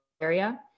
area